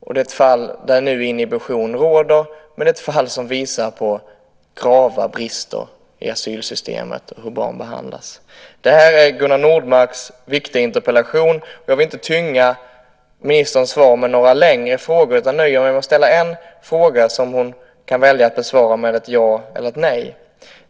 Det är ett fall där nu inhibition råder, men det är ett fall som visar på grava brister i asylsystemet och hur barn behandlas. Det här är Gunnar Nordmarks viktiga interpellation, och jag vill inte tynga ministerns svar med några längre frågor utan nöjer mig med att ställa en fråga som hon kan välja att besvara med ett ja eller ett nej.